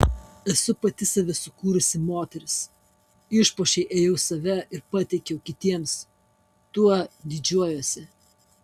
esu pati save sukūrusi moteris išpuošei ėjau save ir pateikiau kitiems tuo didžiuojuosi